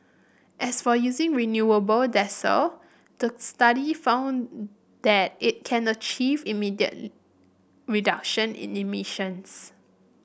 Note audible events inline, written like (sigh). as for using renewable (unintelligible) the study found that it can achieve immediate reduction in emissions